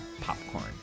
popcorn